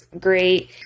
great